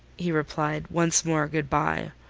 he replied once more good bye.